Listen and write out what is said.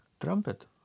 trumpet